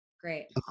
Great